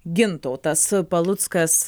gintautas paluckas